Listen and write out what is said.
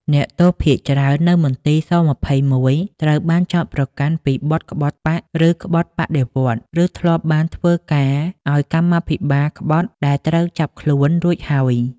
អ្នកទោសភាគច្រើននៅមន្ទីរ ស-២១ ត្រូវបានចោទប្រកាន់ពីបទក្បត់បក្សឬក្បត់បដិវត្តន៍ ឬធ្លាប់បានធ្វើការឱ្យ កម្មាភិបាលក្បត់ដែលត្រូវចាប់ខ្លួនរួចហើយ ។